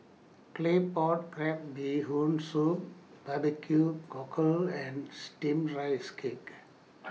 Claypot Crab Bee Hoon Soup Barbecue Cockle and Steamed Rice Cake